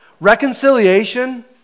Reconciliation